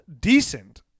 decent